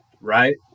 Right